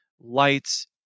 Lights